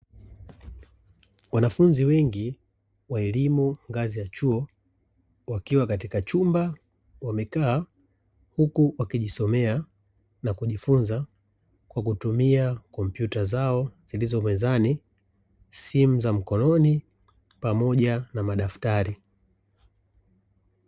Wanafunzi wengi wa elimu ngazi ya chuo, wakiwa katika chumba wamekaa, huku wakijisomea na kujifunza kwa kutumia kompyuta zao zilizo mezani, simu za mkononi pamoja na madaftari.